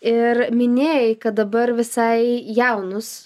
ir minėjai kad dabar visai jaunus